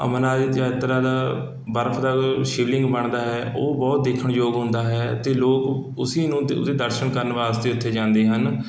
ਅਮਰਨਾਥ ਦੀ ਯਾਤਰਾ ਦਾ ਬਰਫ ਦਾ ਸ਼ਿਵਲਿੰਗ ਬਣਦਾ ਹੈ ਉਹ ਬਹੁਤ ਦੇਖਣ ਯੋਗ ਹੁੰਦਾ ਹੈ ਅਤੇ ਲੋਕ ਉਸ ਹੀ ਨੂੰ ਉਹਦੇ ਦਰਸ਼ਨ ਕਰਨ ਵਾਸਤੇ ਉੱਥੇ ਜਾਂਦੇ ਹਨ